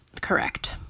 correct